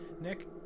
Nick